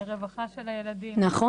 לרווחה של הילדים --- נכון,